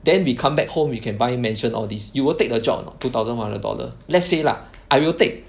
then we come back home we can buy mansion all this you will take the job or not two thousand four hundred dollar let's say lah I will take